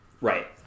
Right